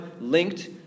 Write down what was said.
linked